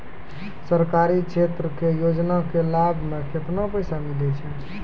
समाजिक क्षेत्र के योजना के लाभ मे केतना पैसा मिलै छै?